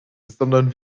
sondern